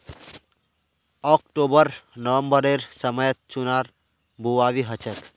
October नवंबरेर समयत चनार बुवाई हछेक